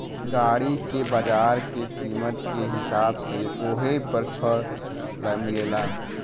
गाड़ी के बाजार के कीमत के हिसाब से वोह पर ऋण मिलेला